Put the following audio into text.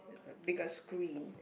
bigger screen